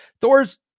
Thor's